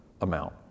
amount